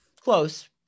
Close